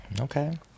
Okay